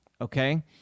okay